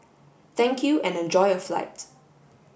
thank you and enjoy your flight